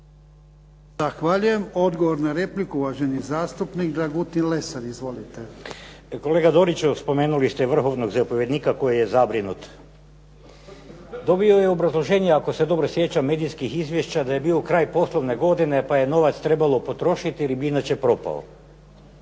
Zahvaljujem. Odgovor na repliku, uvaženi zastupnik Dragutin Lesar. Izvolite. **Lesar, Dragutin (Nezavisni)** Kolega Doriću, spomenuli ste vrhovnog zapovjednika koji je zabrinut. Dobio je obrazloženje ako se dobro sjećam medijskih izvješća da je bio kraj poslovne godine, pa je novac trebalo potrošiti jer bi im inače propao.